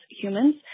humans